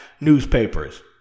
newspapers